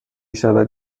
شود